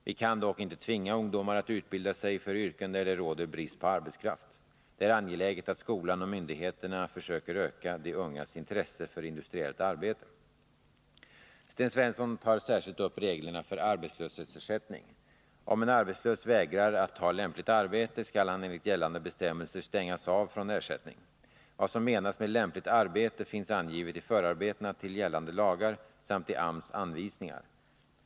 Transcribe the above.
Vi kan dock inte tvinga ungdomar att utbilda sig för yrken där det råder brist på arbetskraft. Det är angeläget att skolan och myndigheterna försöker öka de ungas intresse för industriellt arbete. Sten Svensson tar särskilt upp reglerna för arbetslöshetsersättning. Om en arbetslös vägrar att ta lämpligt arbete skall han enligt gällande bestämmelser stängas av från ersättning. Vad som menas med lämpligt arbete finns angivet i förarbetena till gällande lagar samt i AMS anvisningar.